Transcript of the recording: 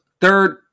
third